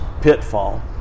pitfall